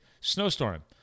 Snowstorm